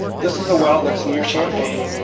this is a well that's near champaign,